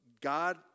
God